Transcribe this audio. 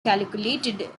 calculated